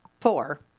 four